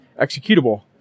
executable